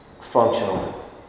functional